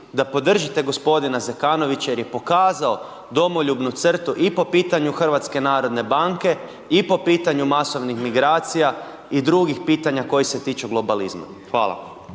da podržite g. Zekanovića jer je pokazao domoljubnu crtu i po pitanju HNB-a i po pitanju masovnih migracija i drugih pitanja koje se tiču globalizma. Hvala.